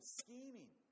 scheming